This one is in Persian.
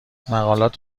مقالات